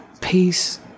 peace